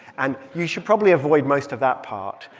and you should probably avoid most of that part.